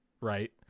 right